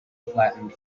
flattened